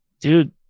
dude